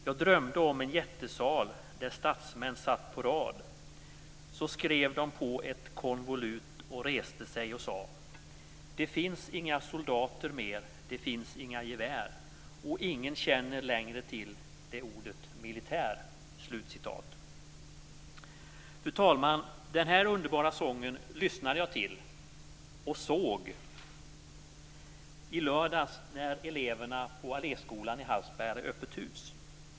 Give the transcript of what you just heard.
Jag drömde om en jättesal Där statsmän satt på rad Så skrev de på ett konvolut Och reste sig och sa: Det finns inga soldater mer Det finns inga gevär Och ingen känner längre till Det ordet militär. Fru talman! Den här underbara sången lyssnade jag till, och såg, i lördags när eleverna på Alléskolan i Hallsberg hade öppet hus.